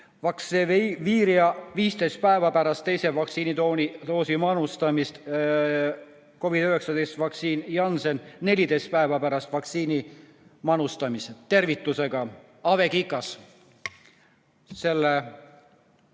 Vaxzevria puhul 15 päeva pärast teise vaktsiinidoosi manustamist, COVID-19 vaktsiini Janssen puhul 14 päeva pärast vaktsiini manustamist. Tervitusega Ave Kikas (selle